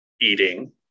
eating